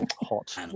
Hot